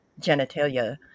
genitalia